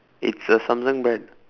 it's a samsung brand